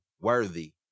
worthy